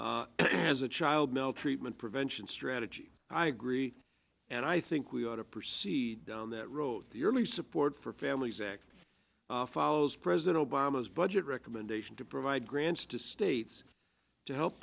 successful as a child maltreatment prevention strategy i agree and i think we ought to proceed down that road the early support for families act follows president obama's budget recommendation to provide grants to states to help